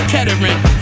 Kettering